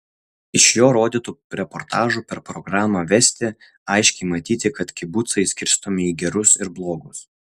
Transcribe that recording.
iš jo rodytų reportažų per programą vesti aiškiai matyti kad kibucai skirstomi į gerus ir blogus